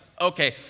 Okay